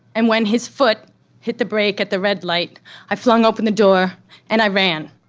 and when his foot hit the brake at the red light i flung open the door and i ran.